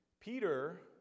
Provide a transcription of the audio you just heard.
Peter